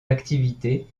activités